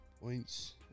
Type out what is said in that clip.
points